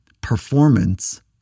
performance